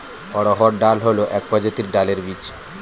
অড়হর ডাল হল এক প্রজাতির ডালের বীজ